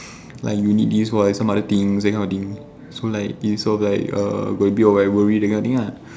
like you need this or some other thing that kind of thing so like it sort of like err will a bit of like worry that kind of thing lah